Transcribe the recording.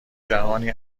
جهانی